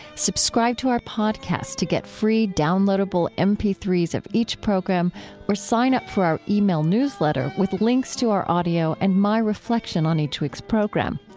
subscribe to our podcast to get free downloadable m p three s of each program or sign up for our e-mail newsletter with links to our audio and my reflection on each week's program.